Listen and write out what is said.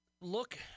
look –